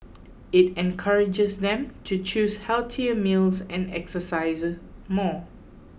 it encourages them to choose healthier meals and exercise more